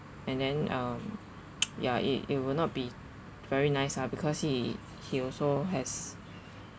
and then um ya it it will not be very nice ah because he he also has